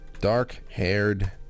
Dark-haired